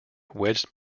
wedged